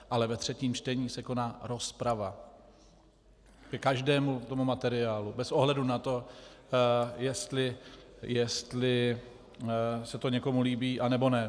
Ale ve třetím čtení se koná rozprava ke každému tomu materiálu bez ohledu na to, jestli se to někomu líbí, anebo ne.